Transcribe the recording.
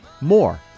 More